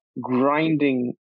grinding